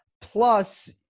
Plus